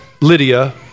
Lydia